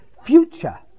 future